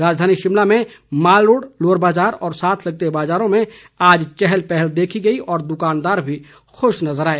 राजधानी शिमला में mall road lower Bazaar व साथ लगते बाजारों में आज चहल पहल देखी गई और दुकानदार भी खुश नजर आए